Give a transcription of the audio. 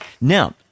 Now